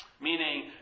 meaning